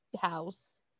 house